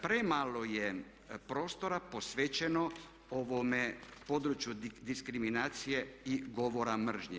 Premalo je prostora posvećeno području diskriminacije i govora mržnje.